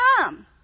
come